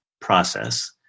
process